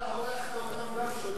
אתה הולכת גם אותם שולל.